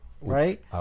Right